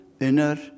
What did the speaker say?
inner